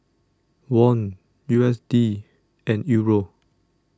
Won U S D and Euro